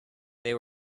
they